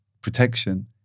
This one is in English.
protection